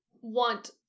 want